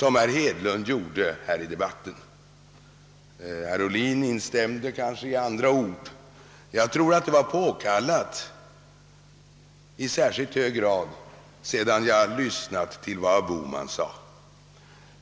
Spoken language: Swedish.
Jag anser att detta uttalande var i särskilt hög grad påkallat sedan jag hade lyssnat till vad herr Bohman sade.